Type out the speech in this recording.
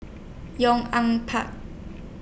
Yong An Park